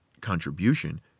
contribution